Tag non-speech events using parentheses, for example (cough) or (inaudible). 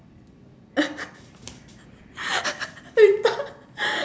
(laughs)